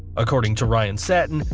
according to ryan satin,